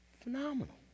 phenomenal